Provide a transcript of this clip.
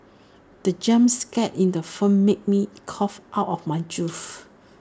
the jump scare in the film made me cough out my juice